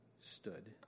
stood